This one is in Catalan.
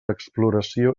exploració